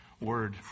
Word